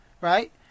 right